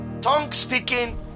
tongue-speaking